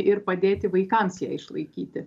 ir padėti vaikams ją išlaikyti